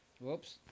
Whoops